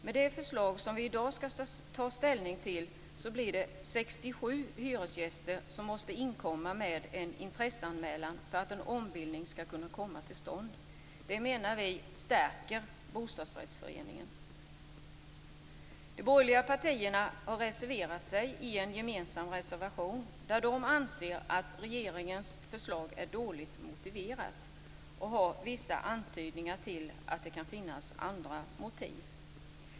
Med det förslag som vi i dag skall ta ställning till blir det 67 hyresgäster som måste komma in med en intresseanmälan för att en ombildning skall komma till stånd. Vi menar att det stärker bostadsrättsföreningen. De borgerliga partierna har reserverat sig i en gemensam reservation, där de anser att regeringens förslag är dåligt motiverat. Man antyder att det kan finnas andra motiv.